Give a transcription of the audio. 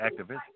activist